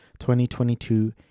2022